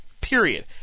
Period